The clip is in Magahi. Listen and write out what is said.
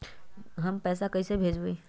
हम पैसा कईसे भेजबई?